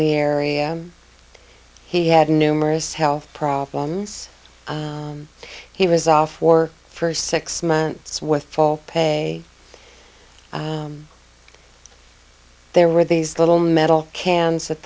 the area he had numerous health problems he was off work for six months with full pay there were these little metal cans that